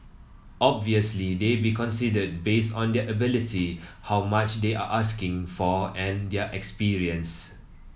obviously they'll be considered based on their ability how much they are asking for and their experience